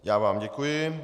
Já vám děkuji.